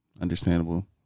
Understandable